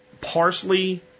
parsley